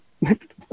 Next